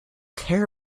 care